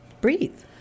breathe